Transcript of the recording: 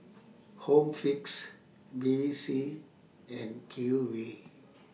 Home Fix Bevy C and Q V